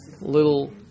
little